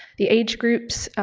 the age groups,